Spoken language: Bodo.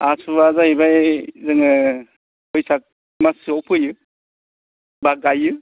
आसुआ जायैबाय जोङो बैसाग माससोआव फोयो बा गायो